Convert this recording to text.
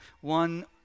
one